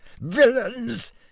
villains